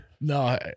No